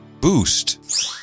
Boost